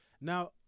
Now